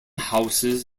houses